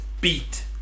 beat